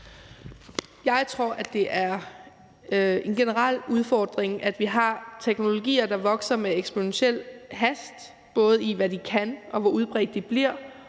Jeg tror, det er en generel udfordring, at vi har teknologier, der vokser med eksponentiel hast, både i forhold til hvad de kan og hvor udbredt de bliver,